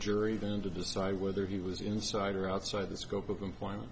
jury than to decide whether he was inside or outside the scope of employment